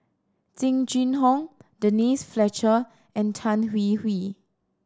Jing Jun Hong Denise Fletcher and Tan Hwee Hwee